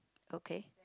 okay